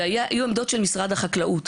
והיו עמדות של משרד החקלאות.